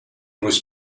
was